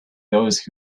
those